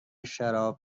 شراب